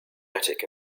attic